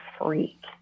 freak